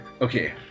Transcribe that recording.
okay